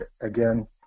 again